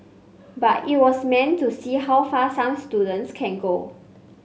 but it was meant to see how far some students can go